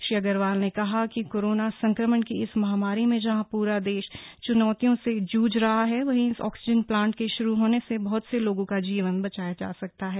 श्री अग्रवाल ने कहा कि कोरोना संक्रमण की इस महामारी में जहां पूरा देश चुनौतियों से जूझ रहा है वहीं इस ऑक्सीजन प्लांट के शुरू होने से बहुत से लोगों का जीवन बचाया जा सकता है